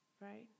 Right